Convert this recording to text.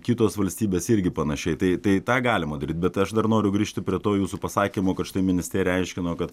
kitos valstybės irgi panašiai tai tai tą galima daryt bet aš dar noriu grįžti prie to jūsų pasakymo kad štai ministerija aiškino kad